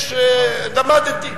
למדתי.